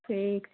ठीक छै